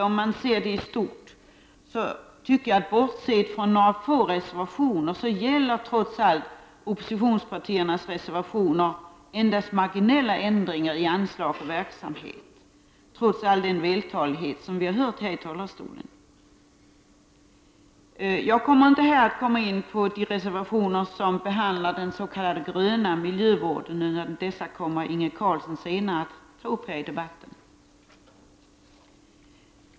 Om man ser det i stort, tycker jag ändå att bortsett från några få reservationer gäller oppositionspartiernas förslag endast marginella ändringar i anslag och verksamhet, trots all den vältalighet som vi hört här från talarstolen. Jag går inte in på de reservationer som behandlar den s.k. gröna miljövården, utan dem kommer Inge Carlsson att ta upp senare i debatten.